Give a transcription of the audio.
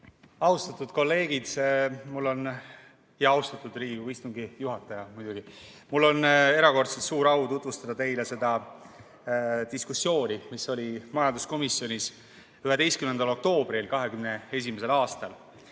Austatud kolleegid! Austatud Riigikogu istungi juhataja! Mul on erakordselt suur au tutvustada teile seda diskussiooni, mis oli majanduskomisjonis 11. oktoobril 2021. aastal,